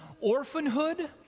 orphanhood